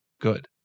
good